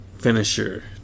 Finisher